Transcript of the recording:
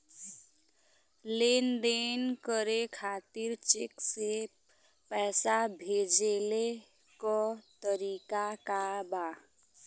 लेन देन करे खातिर चेंक से पैसा भेजेले क तरीकाका बा?